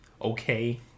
okay